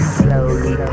slowly